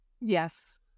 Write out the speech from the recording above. Yes